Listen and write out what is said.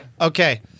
Okay